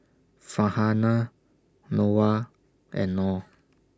Farhanah Noah and Nor